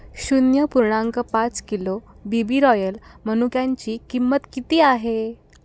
शून्य पूर्णांक पाच किलो बी बी रॉयल मनुक्यांची किंमत किती आहे